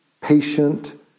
patient